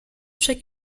check